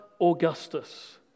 Augustus